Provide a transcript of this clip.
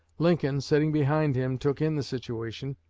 lincoln, sitting behind him, took in the situation,